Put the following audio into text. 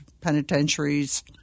penitentiaries